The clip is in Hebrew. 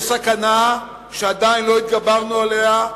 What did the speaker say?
יש סכנה, שעדיין לא התגברנו עליה,